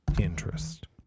interest